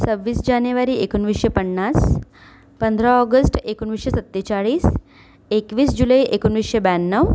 सव्वीस जानेवारी एकोणवीसशे पन्नास पंधरा ऑगस्ट एकोणवीसशे सत्तेचाळीस एकवीस जुलै एकोणवीसशे ब्याण्णव